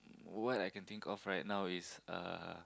what I can think of right now is uh